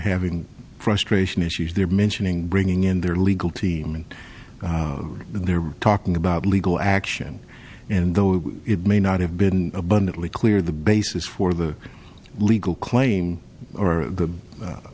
having frustration issues they are mentioning bringing in their legal team and they're talking about legal action and though it may not have been abundantly clear the basis for the legal claim or